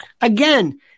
again